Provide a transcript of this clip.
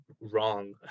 wrong